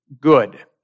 Good